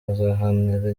bazaharanira